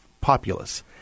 populace